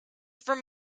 firm